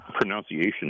pronunciation